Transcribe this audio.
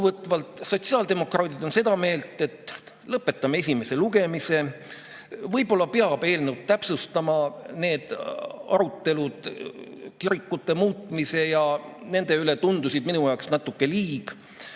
Kokkuvõtvalt, sotsiaaldemokraadid on seda meelt, et lõpetame esimese lugemise. Võib-olla peab eelnõu täpsustama. Need arutelud kirikute muutmise ja selle üle tundusid minu jaoks natuke liig.